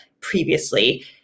previously